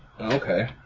Okay